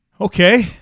Okay